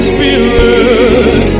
Spirit